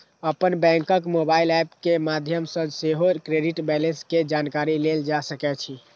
अपन बैंकक mobile app के माध्यम सं सेहो क्रेडिट बैंलेंस के जानकारी लेल जा सकै छै